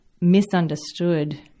misunderstood